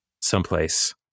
someplace